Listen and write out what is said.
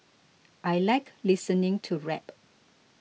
I like listening to rap